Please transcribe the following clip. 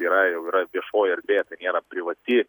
yra jau yra viešoji erdvė tai nėra privati